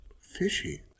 Fishy